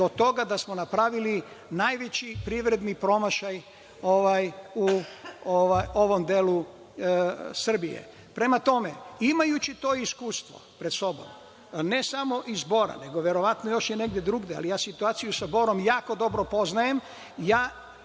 do toga da smo napravili najveći privredni promašaj u ovom delu Srbije. Prema tome, imajući to iskustvo pred sobom, ne samo iz Bora, nego verovatno i negde druge, ali ja situaciju sa Borom jako dobro poznajem,